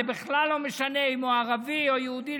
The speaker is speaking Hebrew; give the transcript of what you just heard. זה בכלל לא משנה אם הוא ערבי או יהודי,